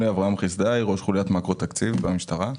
ראש חוליית מקרו תקציב במשטרה.